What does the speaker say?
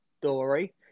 story